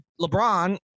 LeBron